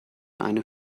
eine